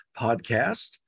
Podcast